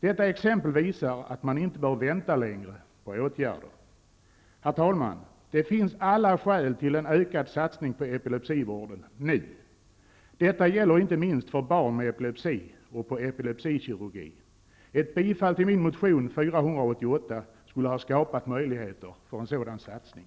Detta exempel visar att man inte bör vänta längre på åtgärder. Herr talman! Det finns alla skäl till en ökad satsning på epilepsivården nu. Detta gäller inte minst för barn med epilepsi och behov av epilepsikirurgi. Ett bifall till min motion 488 skulle ha skapat möjligheter för en sådan satsning.